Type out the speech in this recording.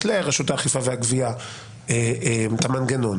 יש לרשות האכיפה והגבייה את המנגנון